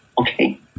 Okay